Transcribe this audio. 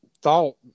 thought